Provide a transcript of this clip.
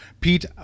Pete